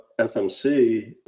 FMC